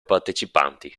partecipanti